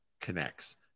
connects